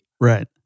right